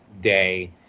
day